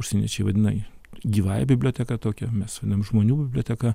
užsieniečiai vadina jį gyvąja biblioteka tokia mes vadinam žmonių biblioteka